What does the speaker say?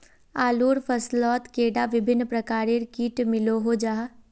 आलूर फसलोत कैडा भिन्न प्रकारेर किट मिलोहो जाहा?